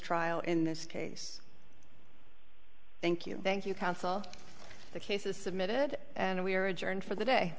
trial in this case thank you thank you counsel the case is submitted and we are adjourned for the day